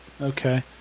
Okay